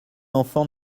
enfant